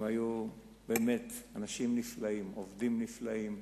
הם היו באמת אנשים נפלאים, עובדים נפלאים,